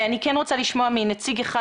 אני כן רוצה לשמוע מנציג אחד,